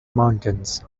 mountains